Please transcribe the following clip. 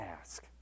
ask